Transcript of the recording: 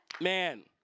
Man